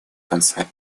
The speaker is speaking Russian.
конца